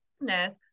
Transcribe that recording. business